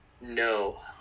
No